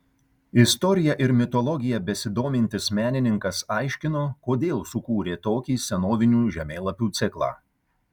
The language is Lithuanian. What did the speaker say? istorija ir mitologija besidomintis menininkas aiškino kodėl sukūrė tokį senovinių žemėlapių ciklą